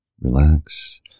relax